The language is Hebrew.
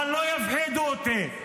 אבל לא יפחידו אותי.